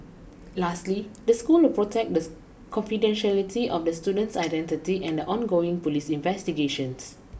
lastly the school will protect the confidentiality of the student's identity and the ongoing police investigations